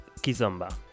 Kizomba